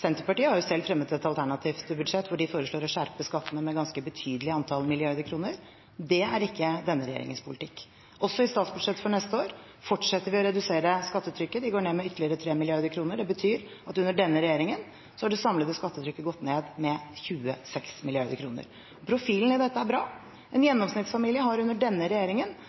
Senterpartiet har selv fremmet et alternativt budsjett hvor de foreslår å skjerpe skattene med et ganske betydelig antall milliarder kroner. Det er ikke denne regjeringens politikk. Også i statsbudsjettet for neste år fortsetter vi å redusere skattetrykket. Skattene går ned med ytterligere 3 mrd. kr. Det betyr at under denne regjeringen har det samlede skattetrykket gått ned med 26 mrd. kr. Profilen i dette er bra. En gjennomsnittsfamilie har under denne regjeringen